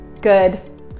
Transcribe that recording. Good